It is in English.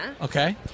Okay